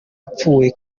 apfuye